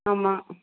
ஆமாம்